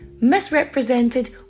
misrepresented